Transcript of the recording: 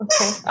Okay